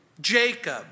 Jacob